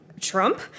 Trump